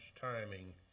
timing